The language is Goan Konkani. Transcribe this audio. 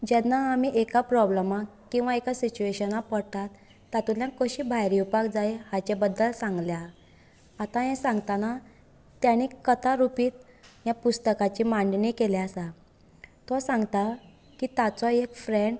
जेन्ना आमी एका प्रोब्लमा किव्हा एका सिचुयेशना पडटात तातुंतल्यान कशीं भायर येवपा जाय हाचे बद्दल सांगला आतां हे सांगतना ताणें कथा रुपीत हे पुस्तकाची मांडणी केल्या आसा तो सांगता की ताचो एक फ्रेंड